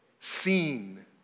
seen